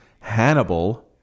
Hannibal